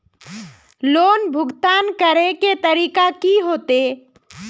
Loan भुगतान करे के तरीका की होते?